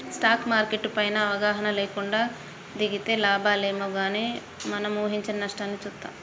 stock market పైన అవగాహన లేకుండా దిగితే లాభాలేమో గానీ మనం ఊహించని నష్టాల్ని చూత్తాం